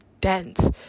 dense